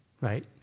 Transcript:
right